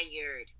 tired